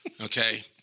Okay